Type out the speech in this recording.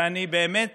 ואני באמת